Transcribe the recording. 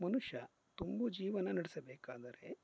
ಮನುಷ್ಯ ತುಂಬು ಜೀವನ ನಡೆಸಬೇಕಾದರೆ